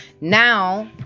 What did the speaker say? Now